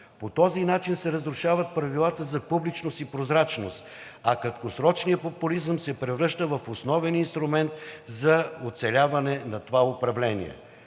По този начин се разрушават правилата за публичност и прозрачност, а краткосрочният популизъм се превръща в основен инструмент за оцеляване на това управление.